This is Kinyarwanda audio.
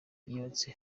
beyoncé